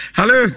Hello